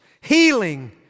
healing